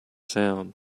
sound